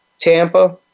Tampa